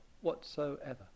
whatsoever